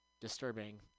disturbing